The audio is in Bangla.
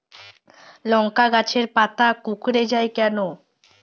লংকা গাছের পাতা কুকড়ে যায় কেনো?